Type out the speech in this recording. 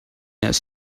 has